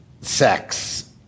sex